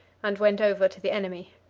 and went over to the enemy.